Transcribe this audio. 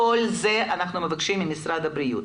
את כל זה אנחנו מבקשים ממשרד הבריאות.